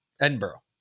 Edinburgh